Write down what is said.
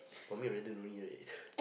for me I rather no need right